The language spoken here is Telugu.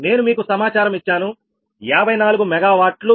నేను మీకు సమాచారం ఇచ్చాను 54 MW అని